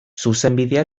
zuzenbidea